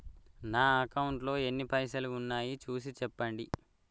నా అకౌంట్లో ఎన్ని పైసలు ఉన్నాయి చూసి చెప్పండి?